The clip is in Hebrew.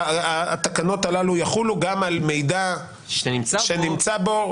התקנות הללו יחולו גם על מידע שנמצא בו,